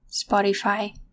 Spotify